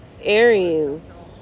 Aries